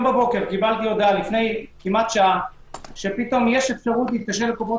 הבוקר קיבלתי הודעה שפתאום יש אפשרות להתקשר לקופות